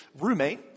roommate